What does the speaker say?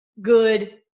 good